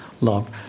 love